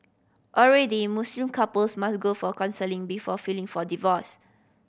already Muslim couples must go for counselling before filing for divorce